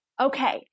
Okay